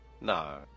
No